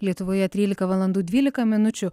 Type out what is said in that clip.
lietuvoje trylika valandų dvylika minučių